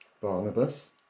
Barnabas